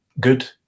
good